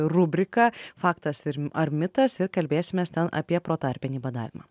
rubrika faktas ir ar mitas ir kalbėsimės ten apie protarpinį badavimą